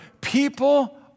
people